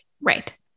Right